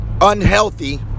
unhealthy